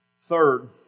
Third